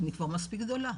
אני כבר מספיק גדולה.